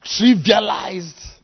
trivialized